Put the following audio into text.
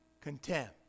contempt